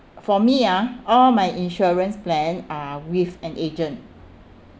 for me ah all my insurance plan are with an agent